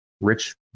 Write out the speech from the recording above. rich